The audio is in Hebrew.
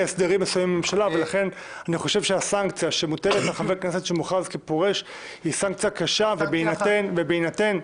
מה הסנקציה שהייתה מקבלת יפעת שאשא ביטון?